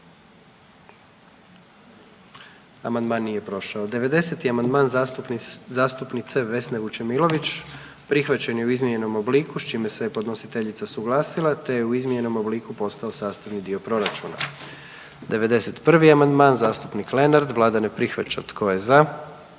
Amandman nije dobio